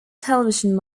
television